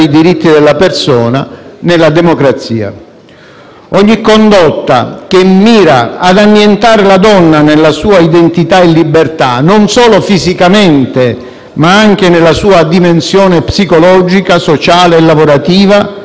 Ogni condotta che mira ad annientare la donna nella sua identità e libertà, non solo fisicamente ma anche nella sua dimensione psicologica, sociale e lavorativa, è una violenza di genere.